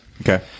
Okay